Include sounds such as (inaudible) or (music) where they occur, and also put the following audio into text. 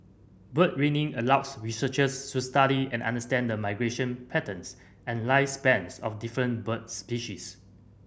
bird ringing allows researchers (unintelligible) study and understand migration patterns and lifespan of different bird species